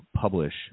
publish